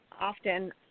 often